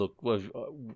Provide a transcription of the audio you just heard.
look